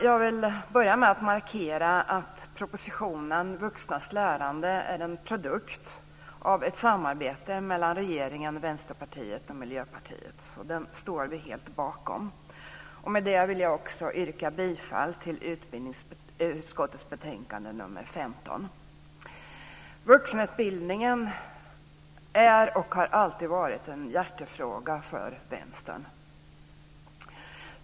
Jag vill börja med att markera att propositionen Vuxnas lärande och utvecklingen av vuxenutbildningen är en produkt av ett samarbete mellan regeringen, Vänsterpartiet och Miljöpartiet. Den står vi alltså helt bakom. Jag vill därmed också yrka bifall till förslaget i utbildningsutskottets betänkande 15. Vuxenutbildningen är och har alltid varit en hjärtefråga för Vänstern.